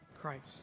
Christ